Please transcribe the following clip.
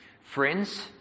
Friends